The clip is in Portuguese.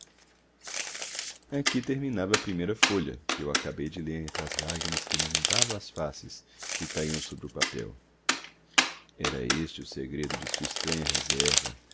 aqui terminava a primeira folha que eu acabei de ler entre as lágrimas que me inundavam as faces e caíam sobre o papel era este o segredo de sua estranha reserva